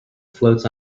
floats